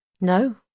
No